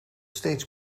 steeds